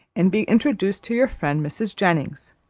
and be introduced to your friend mrs. jennings.